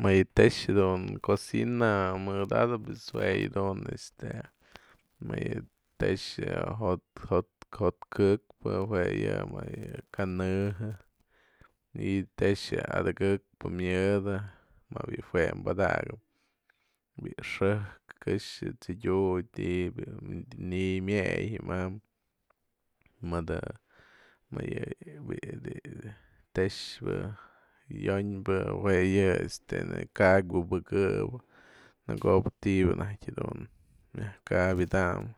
Më yë tëx jadun cocina mëdatëp pues jue yadun este më yë tëx jo'ot ke´ekpë jue yë më yë ka'anë ji'i tëx atëgë'ëkpë myëdë më bi'i jue padakap bi'i xë'ëjk këxë tsë'ëdyut bi'i ni'iy mieyë ji'imam mëdë yë bi'i tëxpë yo'onbë jue yë este ka'ak ku'u bëkë'ëp në ko'o tyba'a naj myaj kabedany